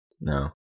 No